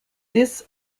this